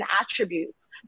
attributes